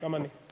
גם אני.